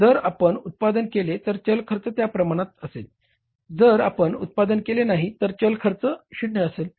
जर आपण उत्पादन केले तर चल खर्च त्या प्रमाणात असेल जर आपण उत्पादन केले नाही तर आपले चल खर्च शून्य असेल